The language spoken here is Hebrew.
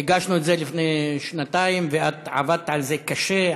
הגשנו את זה לפני שנתיים, ואת עבדת על זה קשה.